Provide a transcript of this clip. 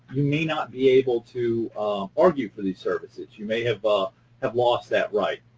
you may not be able to argue for these services. you may have ah have lost that right.